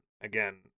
again